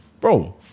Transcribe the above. bro